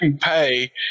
pay